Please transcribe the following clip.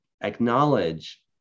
acknowledge